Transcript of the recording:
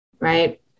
Right